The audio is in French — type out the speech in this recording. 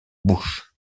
bush